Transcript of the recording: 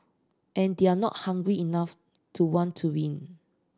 and they're not hungry enough to want to win